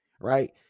Right